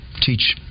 teach